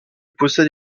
possède